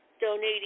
donating